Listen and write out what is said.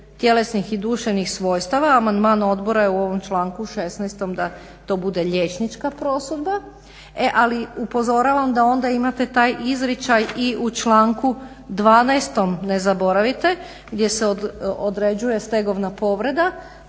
tjelesnih i duševnih svojstava. Amandman odbora je u ovom članku 16. da to bude liječnička prosudba. E, ali upozoravam da onda imate taj izričaj i u članku 12. ne zaboravite gdje se određuje stegovna povreda